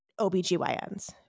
OBGYNs